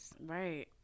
Right